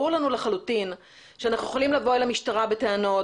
ברור לנו לחלוטין שאנחנו יכולים לבוא אל המשטרה בטענות,